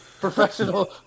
professional